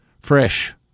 fresh